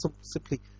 simply